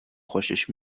خوشش